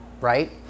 Right